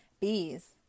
Bees